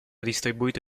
distribuito